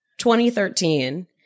2013